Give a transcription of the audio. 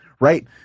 Right